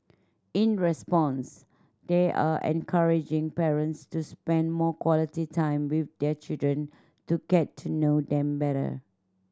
in response they are encouraging parents to spend more quality time with their children to get to know them better